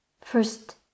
first